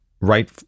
right